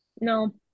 no